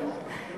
או ב-12:00.